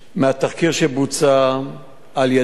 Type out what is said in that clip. מהתחקיר שבוצע על-ידי